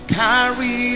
carry